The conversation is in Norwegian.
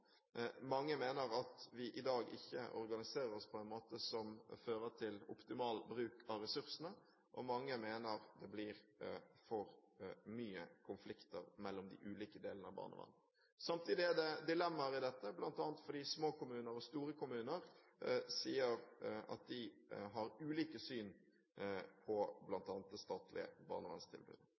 Mange mener at vi i dag ikke organiserer oss på en måte som fører til optimal bruk av ressursene. Og mange mener at det blir for mye konflikter mellom de ulike delene av barnevernet. Samtidig er det dilemmaer i dette, bl.a. fordi små kommuner og store kommuner sier at de har ulike syn på f.eks. det statlige barnevernstilbudet.